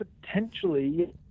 potentially